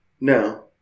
No